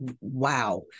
wow